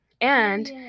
And-